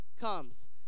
comes